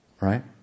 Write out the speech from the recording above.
right